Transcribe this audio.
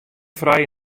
frij